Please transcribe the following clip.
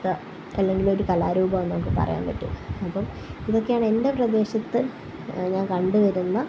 ത്ത അല്ലെങ്കിലൊരു കലാരൂപമാണ് എന്നൊക്കെ പറയാൻ പറ്റും അപ്പോൾ ഇതൊക്കെയാണ് എൻ്റെ പ്രദേശത്ത് ഞാൻ കണ്ട് വരുന്ന